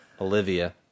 Olivia